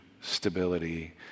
stability